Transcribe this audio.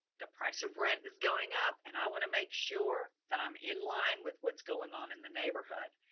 the price of rent is going up and i want to make sure that i'm in line with what's going on in the neighborhood.